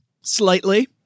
slightly